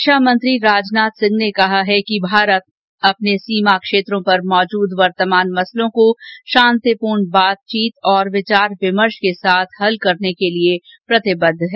रक्षामंत्री राजनाथ सिंह ने कहा है कि भारत अपने सीमा क्षेत्रों पर मौजूद वर्तमान मसलों को शांतिपूर्ण बातचीत और विचार विमर्श के साथ हल करने के लिए प्रतिबद्ध है